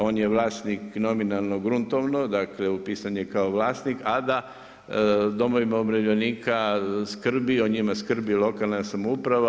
On je vlasnik nominalno gruntovno, dakle, upisan je kao vlasnik, a da domovima umirovljenika skrbi, o njima skrbi lokalna samouprava.